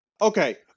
okay